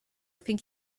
think